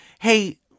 hey